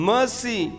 Mercy